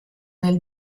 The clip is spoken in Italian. nel